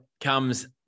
comes